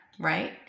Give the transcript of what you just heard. right